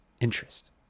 interest